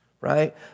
right